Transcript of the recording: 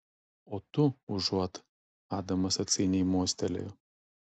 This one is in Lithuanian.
o tu užuot adamas atsainiai mostelėjo